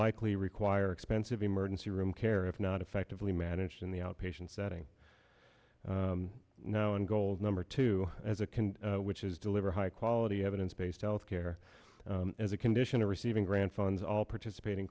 likely require expensive emergency room care if not effectively managed in the outpatient setting known goal number two as a can which is deliver high quality evidence based health care as a condition of receiving grandsons all participating